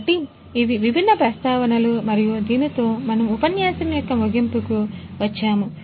కాబట్టి ఇవి విభిన్న ప్రస్తావనలు మరియు దీనితో మనం ఉపన్యాసం యొక్క ముగింపుకు వచ్చాము